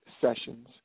sessions